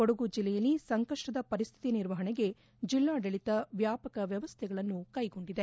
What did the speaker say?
ಕೊಡಗು ಜಿಲ್ಲೆಯಲ್ಲಿ ಸಂಕಷ್ವದ ಪರಿಶ್ಠಿತಿ ನಿರ್ವಹಣೆಗೆ ಜಿಲ್ಲಾಡಳಿತ ವ್ಯಾಪಕ ವ್ಯವಸ್ಥೆಗಳನ್ನು ಕೈಗೊಂಡಿದೆ